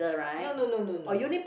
no no no no no no